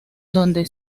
donde